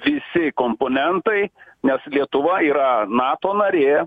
visi komponentai nes lietuva yra nato narė